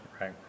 right